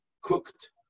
cooked